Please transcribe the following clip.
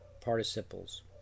participles